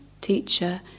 teacher